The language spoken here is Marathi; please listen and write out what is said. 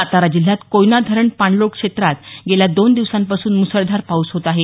सातारा जिल्ह्यात कोयना धरण पाणलोट क्षेत्रात गेल्या दोन दिवसापासून मुसळधार पाऊस होत आहे